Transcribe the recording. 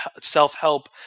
self-help